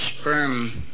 sperm